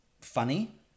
funny